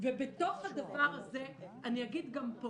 ובתוך הדבר הזה אני אגיד גם פה